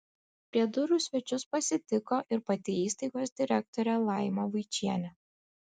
prie durų svečius pasitiko ir pati įstaigos direktorė laima vaičienė